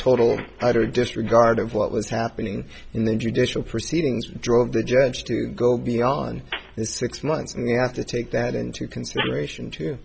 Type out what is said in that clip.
utter disregard of what was happening in the judicial proceedings drove the judge to go beyond the six months and you have to take that into consideration to